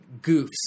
goofs